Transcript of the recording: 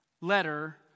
letter